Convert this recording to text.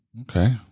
Okay